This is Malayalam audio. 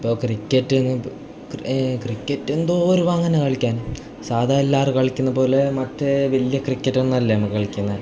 ഇപ്പോൾ ക്രിക്കറ്റ് എന്ന് ക്രിക്കറ്റ് എന്തോരം പാങ്ങ് ആണ് കളിക്കാൻ സാദാ എല്ലാവരും കളിക്കുന്നത് പോലെ മറ്റേ വലിയ ക്രിക്കറ്റ് ഒന്നുമല്ല നമ്മൾ കളിക്കുന്നത്